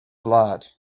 blood